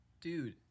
Dude